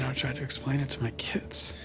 know i tried to explain it to my kids.